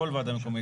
כל ועדה מקומית,